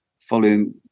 Following